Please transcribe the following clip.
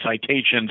citations